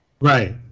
right